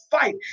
fight